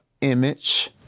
image